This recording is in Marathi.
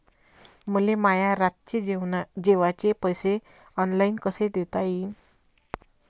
मले माया रातचे जेवाचे पैसे ऑनलाईन कसे देता येईन?